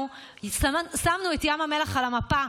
אנחנו שמנו את ים המלח על המפה,